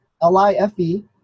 L-I-F-E